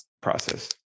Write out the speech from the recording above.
process